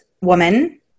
woman